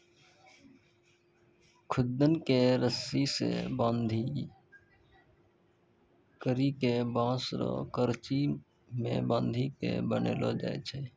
खुद्दन के रस्सी से बांधी करी के बांस रो करची मे बांधी के बनैलो जाय छै